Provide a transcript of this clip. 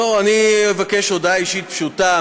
אני אבקש הודעה אישית פשוטה.